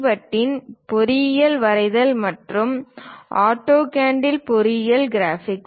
பட்டின் பொறியியல் வரைதல் மற்றும் ஆட்டோகேடில் பொறியியல் கிராபிக்ஸ்